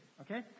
okay